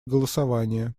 голосования